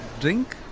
drink?